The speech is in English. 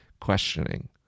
questioning